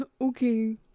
Okay